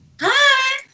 Hi